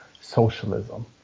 socialism